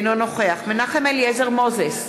אינו נוכח מנחם אליעזר מוזס,